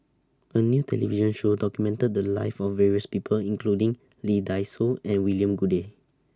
A New television Show documented The Lives of various People including Lee Dai Soh and William Goode